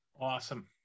awesome